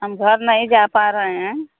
हम घर नहीं जा पा रहे हैं